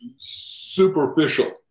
superficial